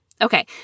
Okay